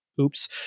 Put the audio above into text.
Oops